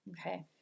Okay